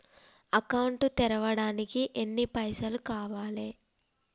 Account తెరవడానికి ఎన్ని పైసల్ కావాలే?